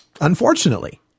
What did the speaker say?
unfortunately